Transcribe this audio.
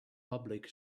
public